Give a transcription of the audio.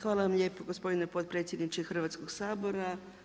Hvala vam lijepo gospodine potpredsjedniče Hrvatskog sabora.